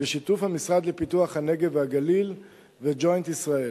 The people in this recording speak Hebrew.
בשיתוף המשרד לפיתוח הנגב והגליל ו"ג'וינט ישראל".